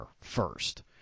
first